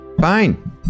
Fine